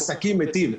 עסקים מתים.